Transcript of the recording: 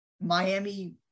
Miami